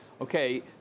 okay